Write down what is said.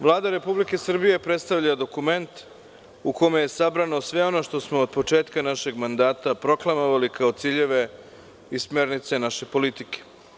Vlada Republike Srbije predstavlja dokument u kome je sabrano sve ono što smo od početka našeg mandata proklamovali kao ciljeve i smernice naše politike.